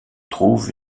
trouve